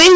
N